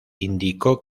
indicó